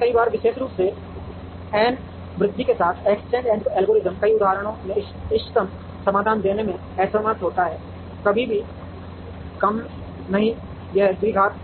लेकिन कई बार विशेष रूप से n वृद्धि के साथ एक्सचेंज एल्गोरिथ्म कई उदाहरणों में इष्टतम समाधान देने में असमर्थ होता है कभी भी कम नहीं यह द्विघात